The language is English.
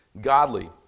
godly